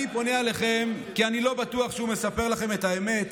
אני פונה אליכם כי אני לא בטוח שהוא מספר לכם את האמת